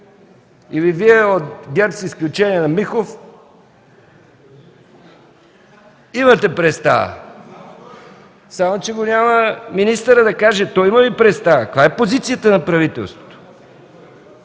Или Вие от ГЕРБ, с изключение на Михов, имате представа? Само че го няма министъра да каже той има ли представа? Каква е позицията на правителството?